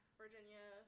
virginia